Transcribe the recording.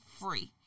free